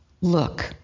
look